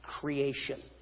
creation